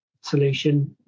solution